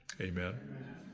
amen